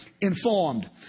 informed